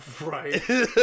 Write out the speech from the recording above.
Right